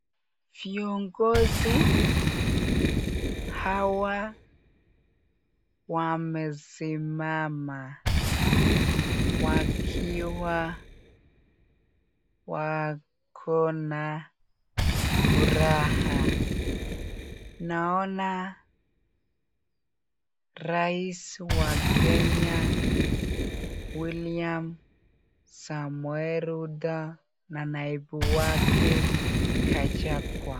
Viongozi hawa wamesimama wakiwa wako na furaha. Naona rais wa kenya William Samoi Ruto na naibu wake Gachagua.